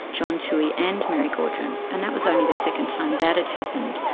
john toohey and mary gaudron. and that was only the second time that had happened.